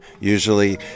usually